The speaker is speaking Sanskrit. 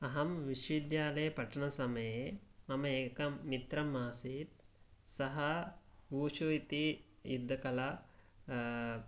अहं विश्वविद्यालये पठनसमये मम एकं मित्रं आसीत् सः पूचु इति युद्धकला